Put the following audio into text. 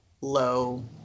low